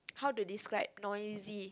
how to describe noisy